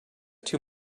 too